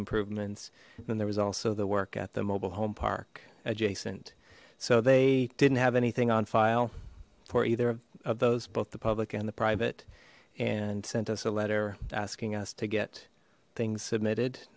improvements then there was also the work at the mobile home park adjacent so they didn't have anything on file for either of those both the public and the private and sent us a letter asking us to get things submitted